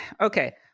okay